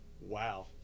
Wow